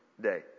day